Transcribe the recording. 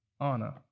Anna